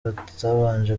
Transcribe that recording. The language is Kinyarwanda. batabanje